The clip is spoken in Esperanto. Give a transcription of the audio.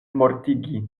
mortigi